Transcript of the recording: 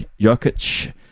Jokic